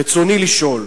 רצוני לשאול: